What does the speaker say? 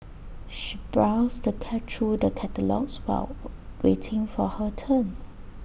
she browsed the through the catalogues while waiting for her turn